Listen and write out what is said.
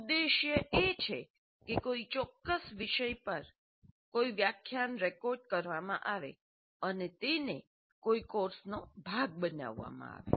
ઉદ્દેશ્ય એ છે કે કોઈ ચોક્કસ વિષય પર કોઈ વ્યાખ્યાન રેકોર્ડ કરવામાં આવે અને તેને કોઈ કોર્સનો ભાગ બનાવવામાં આવે